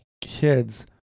kids